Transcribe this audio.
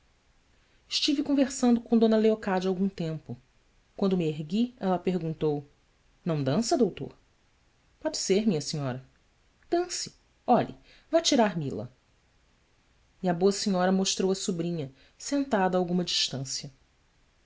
estive conversando com d leocádia algum tempo quando me ergui ela perguntou ão dança doutor ode ser minha senhora ance lhe á tirar mila e a boa senhora mostrou a sobrinha sentada a alguma distância